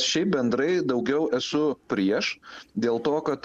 šiaip bendrai daugiau esu prieš dėl to kad